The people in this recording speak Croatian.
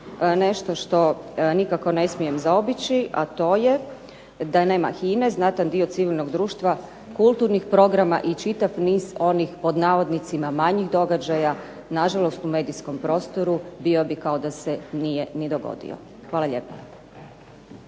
nešto što nikako ne smijem zaobići, a to je da nema HINA-e znatan dio civilnog društva kulturnih programa i čitav niz onih pod navodnicima manjih događaja na žalost u medijskom prostoru bio bi kao da se nije ni dogodio. Hvala lijepa.